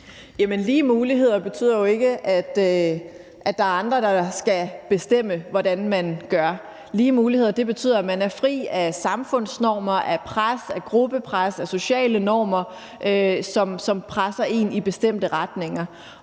lige muligheder betyder jo ikke, at der er andre, der skal bestemme, hvordan man gør. Lige muligheder betyder, at man er fri af samfundsnormer, af pres, af gruppepres og af sociale normer, som presser en i bestemte retninger.